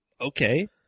okay